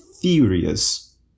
furious